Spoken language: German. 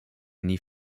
nie